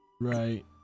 Right